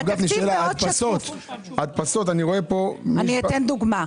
אני רואה פה הדפסות.